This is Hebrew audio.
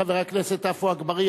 חבר הכנסת עפו אגבאריה,